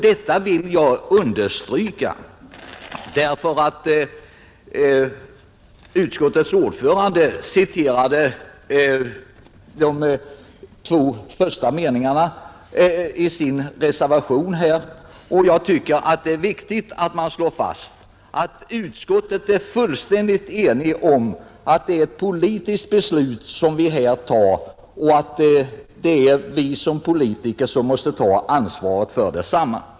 Detta vill jag understryka, eftersom utskottets ordförande citerade de två sista meningarna i denna reservation. Jag tycker det är viktigt att slå fast att utskottet är fullständigt enigt om att det är ett politiskt beslut som vi skall fatta och att det är vi som politiker som måste ta ansvaret för detsamma.